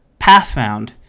pathfound